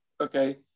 Okay